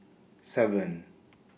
seven